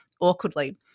awkwardly